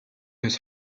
his